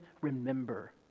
remember